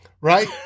Right